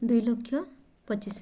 ଦୁଇ ଲକ୍ଷ ପଚିଶ